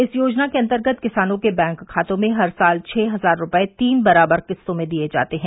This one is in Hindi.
इस योजना के अंतर्गत किसानों के बैंक खातों में हर साल छह हजार रूपये तीन बराबर किस्तों में दिए जाते हैं